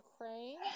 Ukraine